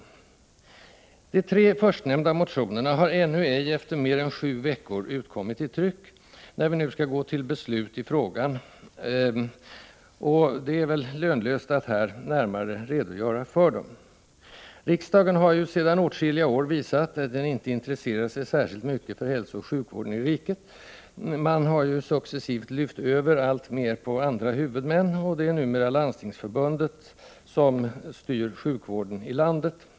De tre förstnämnda motionerna har ännu ej efter mer än sju veckor utkommit i tryck, när vi nu skall gå till beslut i frågan, och det är väl lönlöst att här närmare redogöra för dem. Riksdagen har ju sedan åtskilliga år visat att den inte intresserar sig särskilt mycket för hälsooch sjukvården i riket. Man har successivt lyft över alltmer på andra huvudmän, och det är numera Landstingsförbundet som styr sjukvården i landet.